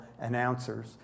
announcers